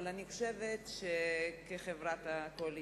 אבל אני חושבת שכחברת הקואליציה,